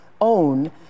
own